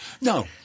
No